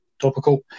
topical